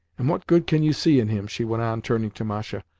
and what good can you see in him? she went on, turning to masha.